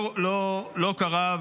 לא קרה.